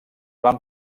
van